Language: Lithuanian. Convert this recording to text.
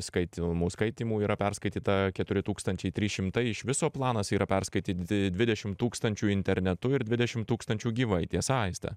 skaitomų skaitymų yra perskaityta keturi tūkstančiai trys šimtai iš viso planas yra perskaityti dvidešimt tūkstančių internetu ir dvidešimt tūkstančių gyvai tiesa aiste